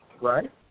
Right